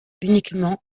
uniquement